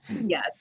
yes